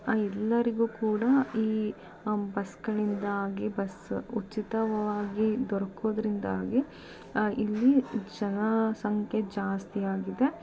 ಎಲ್ಲರಿಗೂ ಕೂಡ ಈ ಬಸ್ಗಳಿಂದಾಗಿ ಬಸ್ ಉಚಿತವಾಗಿ ದೊರಕೋದ್ರಿಂದಾಗಿ ಇಲ್ಲಿ ಜನಸಂಖ್ಯೆ ಜಾಸ್ತಿ ಆಗಿದೆ